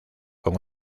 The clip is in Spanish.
con